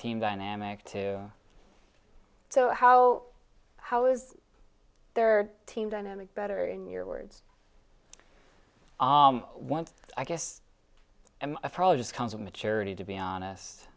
team dynamic too so how how is their team dynamic better in your words once i guess i probably just comes with maturity to be honest